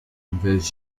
invés